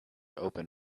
open